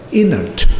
inert